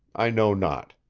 i know not.